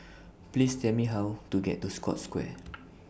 Please Tell Me How to get to Scotts Square